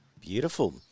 Beautiful